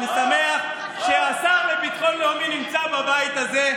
אני שמח שהשר לביטחון לאומי נמצא בבית הזה.